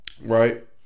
right